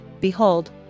Behold